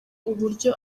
uburyo